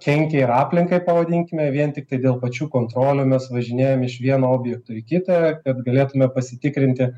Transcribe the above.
kenkia ir aplinkai pavadinkime vien tiktai dėl pačių kontrolių mes važinėjam iš vieno objekto į kitą kad galėtume pasitikrinti